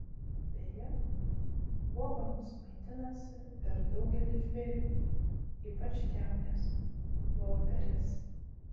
beje uogomis maitinasi ir daugelis žvėrių ypač kiaunės voverės